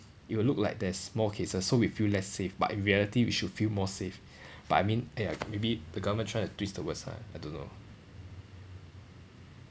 it'll look like there's more cases so we feel less safe but in reality we should feel more safe but I mean !aiya! maybe the government trying to twist the words ah I don't know